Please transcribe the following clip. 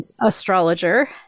astrologer